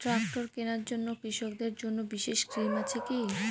Tractor কেনার জন্য কৃষকদের জন্য বিশেষ স্কিম আছে কি?